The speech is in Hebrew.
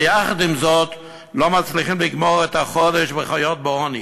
ויחד עם זאת לא מצליחות לגמור את החודש וחיות בעוני.